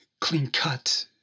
clean-cut